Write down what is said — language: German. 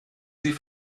sie